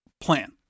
plan